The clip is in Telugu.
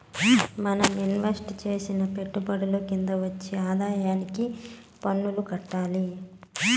మనం ఇన్వెస్టు చేసిన పెట్టుబడుల కింద వచ్చే ఆదాయానికి పన్నులు కట్టాలి